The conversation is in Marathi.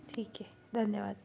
ठीक आहे धन्यवाद